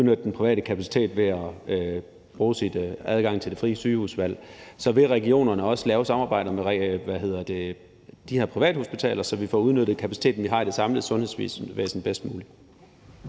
kan udnytte den private kapacitet ved at bruge sin adgang til det frie sygehusvalg, vil regionerne også lave et samarbejde med de her privathospitaler, så vi får udnyttet kapaciteten, vi har i det samlede sundhedsvæsen, bedst muligt.